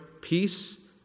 peace